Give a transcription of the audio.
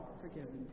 forgiven